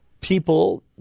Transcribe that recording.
people